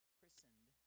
christened